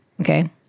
Okay